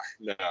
No